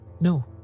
No